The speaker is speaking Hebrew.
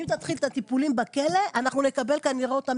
אם תתחיל את הטיפולים בכלא אנחנו נקבל אותם